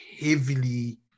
heavily